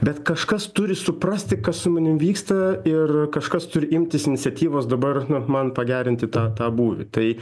bet kažkas turi suprasti kas su manim vyksta ir kažkas turi imtis iniciatyvos dabar nu man pagerinti tą tą būvį tai